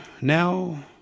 now